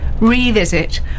revisit